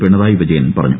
പിണറായി വിജയൻ പറഞ്ഞു